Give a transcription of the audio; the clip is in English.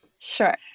Sure